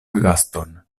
gaston